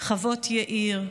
חוות יאיר,